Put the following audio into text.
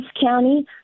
County